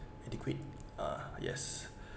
adequate uh yes